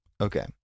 Okay